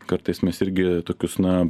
kartais mes irgi tokius na